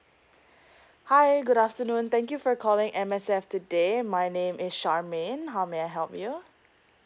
hi good afternoon thank you for calling M_S_F today my name is charmaine how may I help you